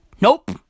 Nope